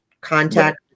contact